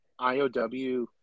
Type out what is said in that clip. iow